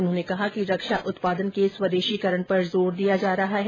उन्होंने कहा कि रक्षा उत्पादन के स्वदेशीकरण पर जोर दिया जा रहा है